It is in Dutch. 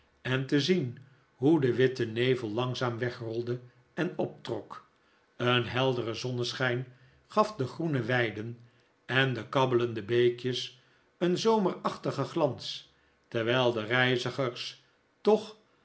en te zien hoe de witte nevel langzaam wegrolde en optrok een heldere zonneschijn gaf de groene weiden en de kabbelende beekjes een zomerachtigen glans terwijl de reizigers toch